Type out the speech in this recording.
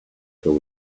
till